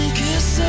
kiss